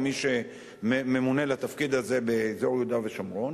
או מי שממונה על התפקיד הזה באזור יהודה ושומרון,